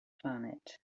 planet